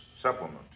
supplement